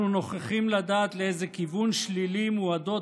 אנחנו נוכחים לדעת לאיזה כיוון שלילי מועדות